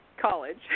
college